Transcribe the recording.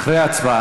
אחרי ההצבעה.